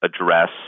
address